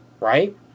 right